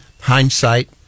hindsight